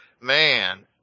man